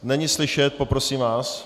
Není slyšet, poprosím vás.